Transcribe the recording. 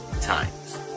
times